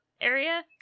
area